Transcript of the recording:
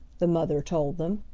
the mother told them.